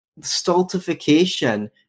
stultification